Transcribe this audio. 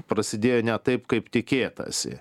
prasidėjo ne taip kaip tikėtasi